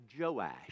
Joash